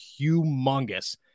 humongous